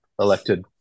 elected